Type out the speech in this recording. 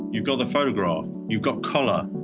you got the photograph, you got color,